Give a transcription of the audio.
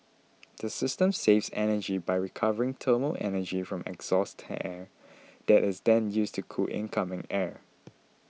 the system saves energy by recovering thermal energy from exhaust air that is then used to cool incoming air